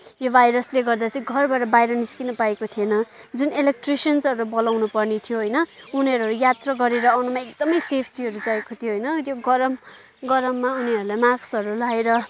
यो भाइरसले गर्दा चाहिँ घरबाट बाहिर निस्किन पाएको थिएन जुन इलेक्ट्रिसियनहरू बोलाउन पर्ने थियो होइन उनीहरू यात्रा गरेर आउनमा एकदमै सेफ्टीहरू चाहिएको थियो होइन यो गरम गरममा उनीहरूले मास्कहरू लगाएर